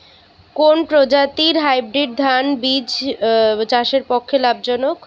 কোন প্রজাতীর হাইব্রিড ধান বীজ চাষের পক্ষে লাভজনক?